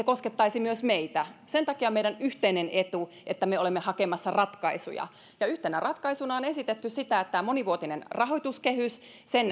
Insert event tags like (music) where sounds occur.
(unintelligible) koskettaisi myös meitä sen takia on meidän yhteinen etumme että me olemme hakemassa ratkaisuja yhtenä ratkaisuna on esitetty sitä että tämän monivuotisen rahoituskehyksen